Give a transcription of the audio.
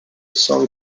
song